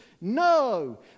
No